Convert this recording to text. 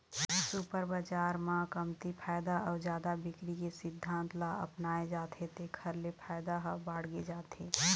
super बजार म कमती फायदा अउ जादा बिक्री के सिद्धांत ल अपनाए जाथे तेखर ले फायदा ह बाड़गे जाथे